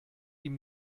ihm